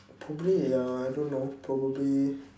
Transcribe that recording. probably ya I don't know probably